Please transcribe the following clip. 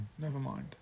Nevermind